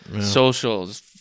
Socials